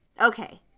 Okay